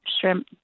shrimp